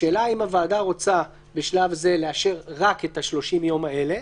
השאלה אם הוועדה רוצה בשלב זה לאשר רק את ה-30 יום האלה,